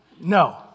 No